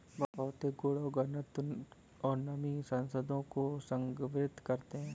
भौतिक गुण घनत्व और नमी संबंधों को संदर्भित करते हैं